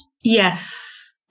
Yes